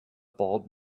bald